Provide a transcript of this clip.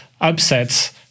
upsets